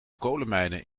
kolenmijnen